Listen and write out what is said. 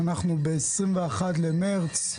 היום 21 במרץ,